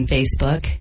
Facebook